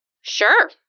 Sure